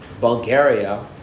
Bulgaria